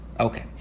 Okay